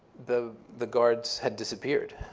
the the guards had disappeared,